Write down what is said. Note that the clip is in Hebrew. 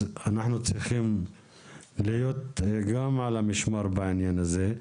אז אנחנו צריכים להיות גם על המשמר בעניין הזה.